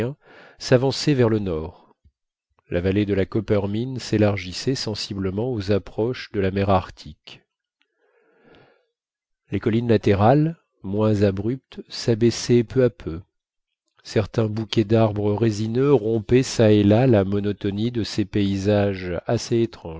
s'avançaient vers le nord la vallée de la coppermine s'élargissait sensiblement aux approches de la mer arctique les collines latérales moins abruptes s'abaissaient peu à peu certains bouquets d'arbres résineux rompaient çà et là la monotonie de ces paysages assez étranges